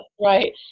Right